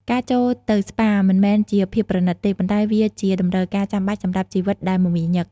ការចូលទៅស្ប៉ាមិនមែនជាភាពប្រណីតទេ ប៉ុន្តែវាជាតម្រូវការចាំបាច់សម្រាប់ជីវិតដែលមមាញឹក។